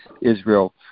Israel